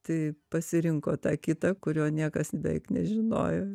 tai pasirinko tą kitą kurio niekas beveik nežinojo